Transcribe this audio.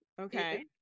okay